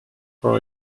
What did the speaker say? for